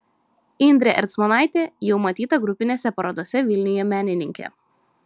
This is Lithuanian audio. indrė ercmonaitė jau matyta grupinėse parodose vilniuje menininkė